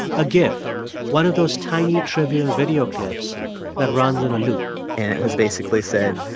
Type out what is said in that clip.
a gif one of those tiny, trivial video clips that runs on a loop and it was basically said,